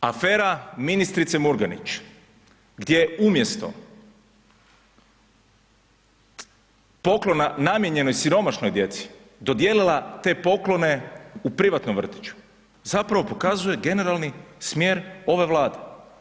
Afera ministrice Murganić, gdje umjesto poklona namijenjenog siromašnoj djeci dodijelila te poklone u privatnom vrtiću zapravo prokazuje generalni smjer ove Vlade.